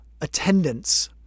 attendance